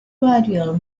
gradual